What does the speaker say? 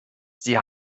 sie